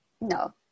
No